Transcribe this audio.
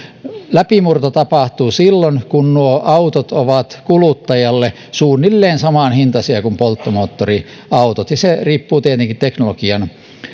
läpimurto tapahtuu silloin kun nuo autot ovat kuluttajalle suunnilleen samanhintaisia kuin polttomoottoriautot ja se riippuu tietenkin teknologian